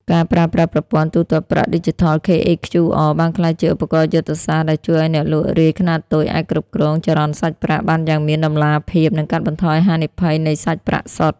ការប្រើប្រាស់ ប្រព័ន្ធទូទាត់ប្រាក់ឌីជីថល (KHQR) បានក្លាយជាឧបករណ៍យុទ្ធសាស្ត្រដែលជួយឱ្យអ្នកលក់រាយខ្នាតតូចអាចគ្រប់គ្រង ចរន្តសាច់ប្រាក់ បានយ៉ាងមានតម្លាភាព និងកាត់បន្ថយហានិភ័យនៃសាច់ប្រាក់សុទ្ធ។